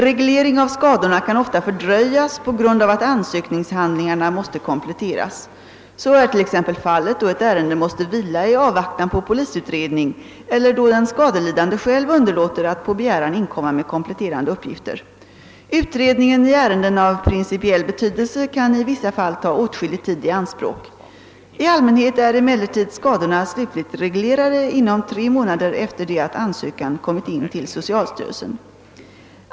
Reglering av skadorna kan ofta fördröjas på grund av att ansökningshandlingarna måste kompletteras. Så är t.ex. fallet då ett ärende måste vila i avvaktan på polisutredning eller då den skadelidande själv underlåter att på begäran komma in med kompletterande uppgifter. Utredningen i ärenden av principiell betydelse kan i vissa fall ta åtskillig tid i anspråk. I allmänhet är emellertid skadorna slutligt reglerade inom tre månader efter det att ansökan kommit in till socialstyrelsen.